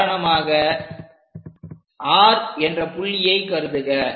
உதாரணமாக R என்ற புள்ளியை கருதுக